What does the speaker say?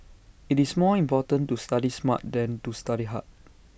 IT is more important to study smart than to study hard